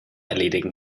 erledigen